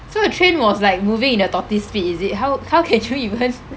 so the train was like moving in a tortoise speed is it how how can you even